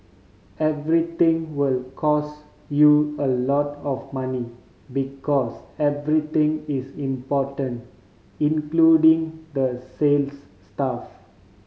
everything will cost you a lot of money because everything is important including the sales staff